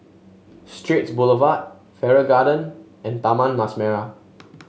Straits Boulevard Farrer Garden and Taman Mas Merah